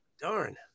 darn